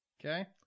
Okay